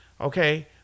Okay